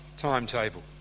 timetable